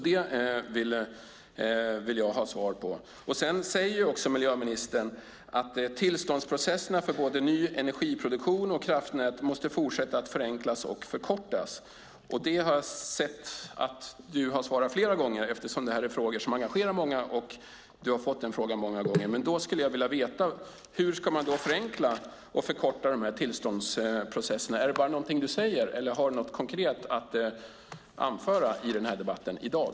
Detta vill jag ha svar på. Miljöministern säger också: "Tillståndsprocesserna för både ny energiproduktion och kraftnät måste fortsätta att förenklas och förkortas." Jag har sett att du har svarat så flera gånger, eftersom detta är frågor som engagerar många och du har fått frågan många gånger. Då skulle jag vilja veta: Hur ska man förenkla och förkorta tillståndsprocesserna? Är det bara något som du säger, eller har du något konkret att anföra i debatten i dag?